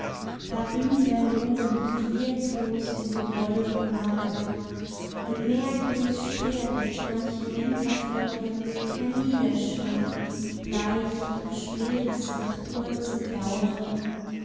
da dünn der mond und wirklos in den wolken magert und merklos spärlich manche winterflocke herniederschneit und bleicht und schmilzt nach kurzem dauern